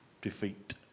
Defeat